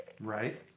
right